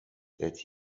that